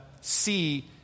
see